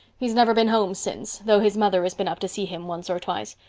he's never been home since, though his mother has been up to see him once or twice.